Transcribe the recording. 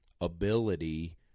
ability